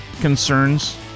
concerns